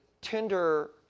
Tinder